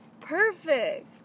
Perfect